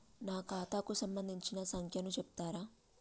నా ఖాతా కు సంబంధించిన సంఖ్య ను చెప్తరా?